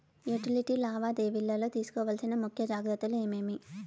Utility లావాదేవీల లో తీసుకోవాల్సిన ముఖ్య జాగ్రత్తలు ఏమేమి?